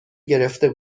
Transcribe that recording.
گرفته